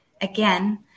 again